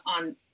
on